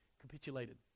capitulated